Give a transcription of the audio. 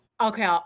okay